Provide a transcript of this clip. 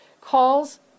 calls